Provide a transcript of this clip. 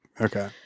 Okay